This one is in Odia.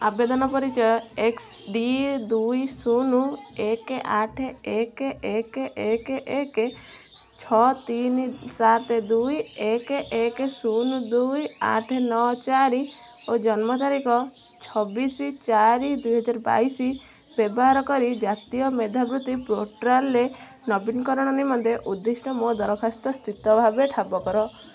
ଆବେଦନ ପରିଚୟ ଏକ୍ସ୍ ଡ଼ି ଦୁଇ ଶୁନ ଏକେ ଆଠେ ଏକେ ଏକେ ଏକେ ଏକେ ଛଅ ତିନି ସାତେ ଦୁଇ ଏକେ ଏକେ ଶୁନ ଦୁଇ ଆଠେ ନଅ ଚାରି ଓ ଜନ୍ମ ତାରିଖ ଛବିଶି ଚାରି ଦୁଇ ହଜାର ବାଇଶି ବ୍ୟବହାର କରି ଜାତୀୟ ମେଧାବୃତ୍ତି ପୋର୍ଟାଲ୍ରେ ନବୀକରଣ ନିମନ୍ତେ ଉଦ୍ଧିଷ୍ଟ ମୋ ଦରଖାସ୍ତ ସ୍ଥିତ ଭାବେ ଠାବ କର